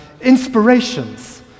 inspirations